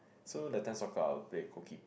so that time soccer I will play goalkeeper